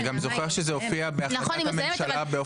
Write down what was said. אני גם זוכר שזה הופיע בהחלטת הממשלה באופן מפורש.